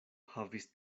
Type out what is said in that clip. havis